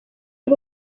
ari